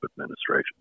administration